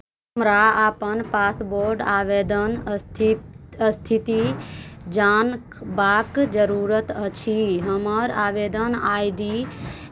हमरा आपन पासबोर्ड आवेदन स्थित स्थिति जानबाक जरूरत अछि हमर आवेदन आई डी